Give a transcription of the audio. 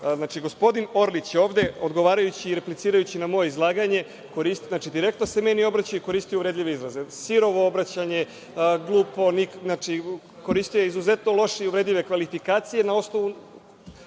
izraza“.Gospodin Orlić je, odgovarajući i replicirajući na moje izlaganje, direktno se meni obraćao i koristio uvredljive izraze – sirovo obraćanje, glupo, itd. Znači, koristio je izuzetno loše i uvredljive kvalifikacije